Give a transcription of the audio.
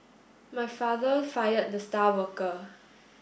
my father fired the star worker